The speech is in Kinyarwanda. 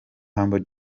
humble